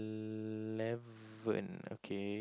eleven okay